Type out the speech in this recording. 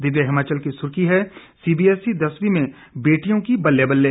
दिव्य हिमाचल की सुर्खी है सीबीएसई दसवीं में बेटियों की बल्ले बल्ले